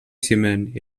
ciment